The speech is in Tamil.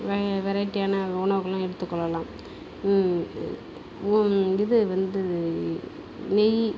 வெ வெரைட்டியான உணவுகள்லாம் எடுத்துக் கொள்ளலாம் இது வந்து நெய்